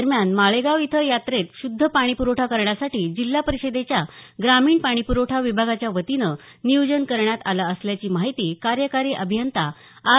दरम्यान माळेगाव यात्रेत श्रध्दा पाणी प्रखठा करण्यासाठी जिल्हा परिषदेच्या ग्रामीण पाणी प्रवठा विभागाच्या वतीनं नियोजन करण्याणत आलं असल्याची माहिती कार्यकारी अभियंता आर